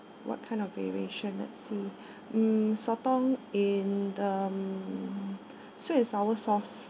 what kind of variation let's see mm sotong in the sweet and sour sauce